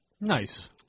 Nice